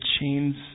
chains